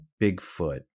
Bigfoot